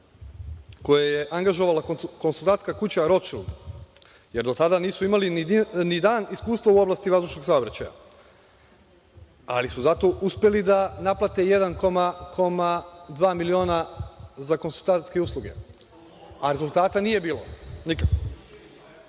koje je angažovala konsultantska kuća „Ročšild“, jer do tada nisu imali ni dan iskustva u oblasti vazdušnog saobraćaja, ali su zato uspeli da naplate jedan koma dva miliona za konsultantske usluge. Rezultata nije bilo.